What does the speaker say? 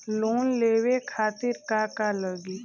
Loan लेवे खातीर का का लगी?